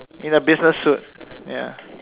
in a business suit ya